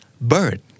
bird